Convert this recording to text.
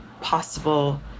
possible